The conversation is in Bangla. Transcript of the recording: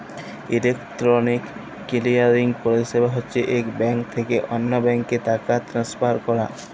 ইলেকটরলিক কিলিয়ারিং পরিছেবা হছে ইক ব্যাংক থ্যাইকে অল্য ব্যাংকে টাকা টেলেসফার ক্যরা